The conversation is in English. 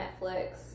Netflix